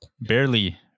barely